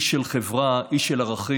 איש של חברה, איש של ערכים,